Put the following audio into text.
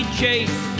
chase